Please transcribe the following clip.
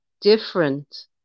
different